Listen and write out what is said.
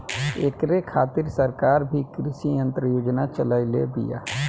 ऐकरे खातिर सरकार भी कृषी यंत्र योजना चलइले बिया